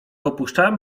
opuszczałem